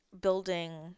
building